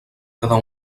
cada